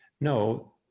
no